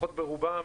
לפחות ברובן,